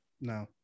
No